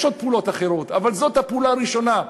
יש עוד פעולות אחרות, אבל זאת הפעולה הראשונה.